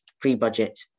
pre-budget